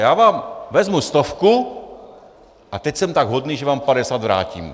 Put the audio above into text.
Já vám vezmu stovku a teď jsem tak hodný, že vám padesát vrátím.